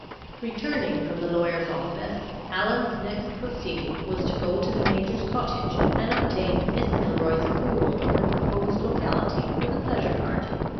returning from the lawyer's office, allan's next proceeding was to go to the major's cottage and obtain miss milroy's approval of the proposed locality for the pleasure party.